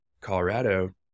colorado